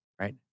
Right